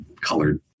colored